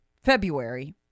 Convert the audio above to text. February